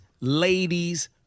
ladies